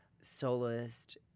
soloist